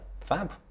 fab